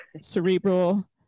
cerebral